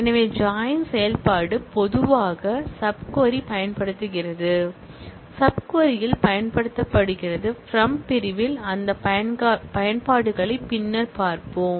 எனவே ஜாயின் செயல்பாடு பொதுவாக சப் க்வரி பயன்படுத்துகிறது சப் க்வரி ல் பயன்படுத்தப்படுகிறது பிரம் பிரிவில் அந்த பயன்பாடுகளைப் பின்னர் பார்ப்போம்